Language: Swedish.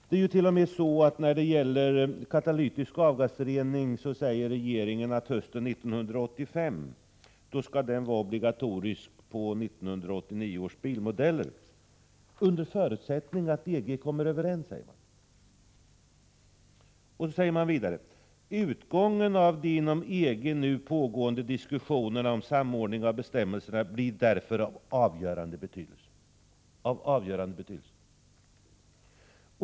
Det är ju t.o.m. så att när det gäller katalytisk avgasrening säger regeringen att hösten 1988 skall sådan rening bli obligatorisk fr.o.m. 1989 års bilmodeller — under förutsättning att EG kommer överens. Vidare säger man: ”Utgången av de inom EG nu pågående diskussionerna om samordningen av bestämmelserna blir därför av avgörande betydelse.” Alltså: av avgörande betydelse.